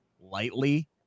lightly